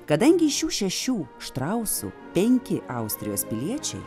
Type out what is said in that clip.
kadangi iš šių šešių štrausų penki austrijos piliečiai